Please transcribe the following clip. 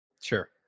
Sure